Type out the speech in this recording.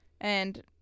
And-